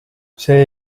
see